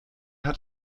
hat